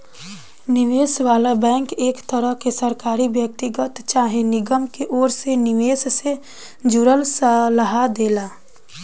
निवेश वाला बैंक एक तरह के सरकारी, व्यक्तिगत चाहे निगम के ओर से निवेश से जुड़ल सलाह देला